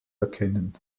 erkennen